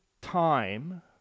time